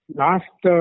last